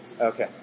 Okay